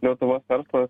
lietuvos verslas